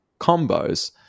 combos